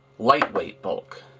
lightweight bulk.